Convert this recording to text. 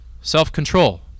self-control